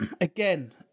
again